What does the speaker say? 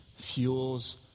fuels